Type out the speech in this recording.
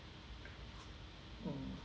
mm